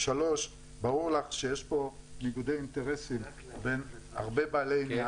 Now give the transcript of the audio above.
דבר שלישי ברור לך שיש פה ניגודי אינטרסים בין הרבה בעלי עניין.